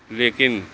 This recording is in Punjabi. ਲੇਕਿਨ